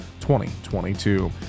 2022